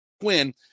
quinn